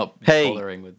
hey